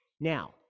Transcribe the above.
now